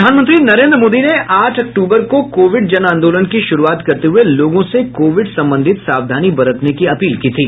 प्रधानमंत्री नरेन्द्र मोदी ने आठ अक्टूबर को कोविड जन आंदोलन की शुरूआत करते हुए लोगों से कोविड संबंधित सावधानी बरतने की अपील की थी